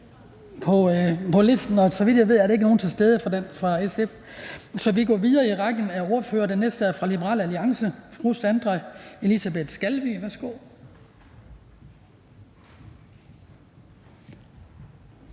så vi går videre i rækken af ordførere, og den næste er fra Liberal Alliance. Fru Sandra Elisabeth Skalvig,